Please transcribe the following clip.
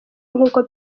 nk’uko